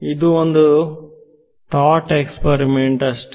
ಇದು ಒಂದು thought experiment ಅಷ್ಟೇ